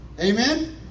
Amen